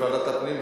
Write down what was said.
לוועדת הפנים.